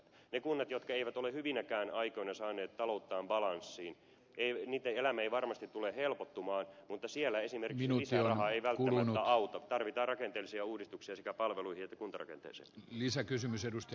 niitten kuntien jotka eivät ole hyvinäkään aikoina saaneet talouttaan balanssiin elämä ei varmasti tule helpottumaan mutta siellä esimerkiksi lisäraha ei välttämättä auta tarvitaan rakenteellisia uudistuksia sekä palveluihin että kuntarakenteeseen